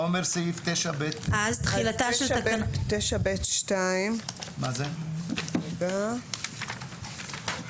תחילתה של תקנה 9(ב)(2) ביום ________; תקנה